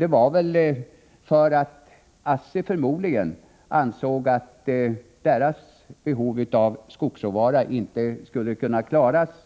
Att ASSI lämnade kartellen berodde förmodligen på att man ansåg att företagets behov av skogsråvara inte skulle kunna tillgodoses